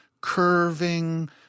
curving